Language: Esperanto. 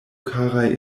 karaj